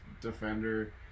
defender